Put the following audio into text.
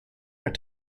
are